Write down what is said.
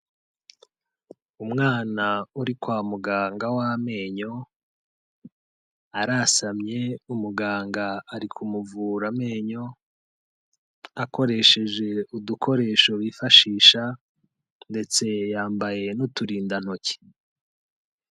Umwana uri kwa muganga w'amenyo arasamye umuganga ari kumuvura amenyo akoresheje udukoresho wifashisha ndetse yambaye n'uturindantoki.